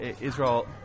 Israel